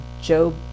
Joe